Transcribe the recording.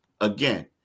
Again